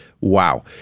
Wow